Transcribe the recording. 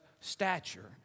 stature